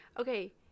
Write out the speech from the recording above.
Okay